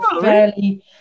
fairly